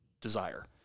desire